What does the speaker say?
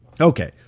Okay